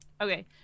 Okay